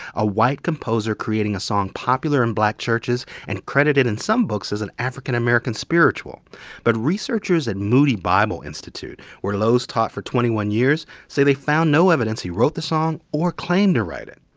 a white composer creating a song popular in black churches and credited in some books as an african-american spiritual but researchers at moody bible institute, where loes taught for twenty one years, say they found no evidence he wrote the song or claimed to write it.